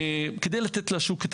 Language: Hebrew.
כדי לתת לשוק,